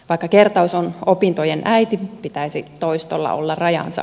vaikka kertaus on opintojen äiti pitäisi toistolla olla rajansa